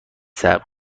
صبر